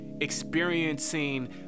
experiencing